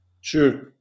Sure